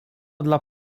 dla